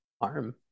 arm